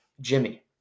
Jimmy